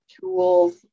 tools